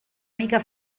mica